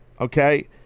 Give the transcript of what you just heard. okay